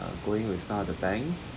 going with other banks